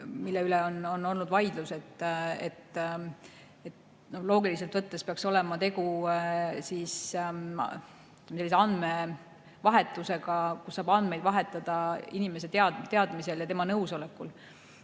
mille üle on vaidlus olnud. Loogiliselt võttes peaks olema tegu sellise andmevahetusega, kus saab andmeid vahetada inimese teadmisel ja tema nõusolekul.